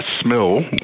smell